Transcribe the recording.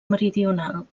meridional